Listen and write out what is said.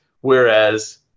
whereas